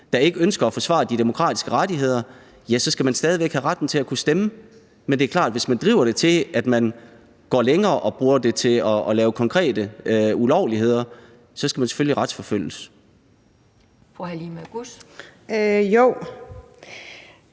der ikke ønsker at forsvare de demokratiske rettigheder, så skal man stadig væk have retten til at kunne stemme. Men det er klart, at hvis man driver det til, at man går længere og bruger det til at begå konkrete ulovligheder, så skal man selvfølgelig retsforfølges. Kl.